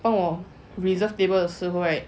orh reserved table 的时候 right